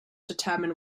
determine